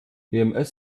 ems